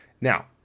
now